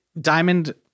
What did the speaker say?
Diamond